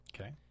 Okay